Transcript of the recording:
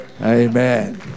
Amen